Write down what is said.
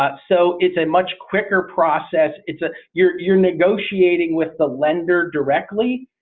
but so it's a much quicker process. it's a you're you're negotiating with the lender directly.